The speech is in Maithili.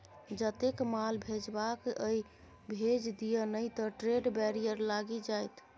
जतेक माल भेजबाक यै भेज दिअ नहि त ट्रेड बैरियर लागि जाएत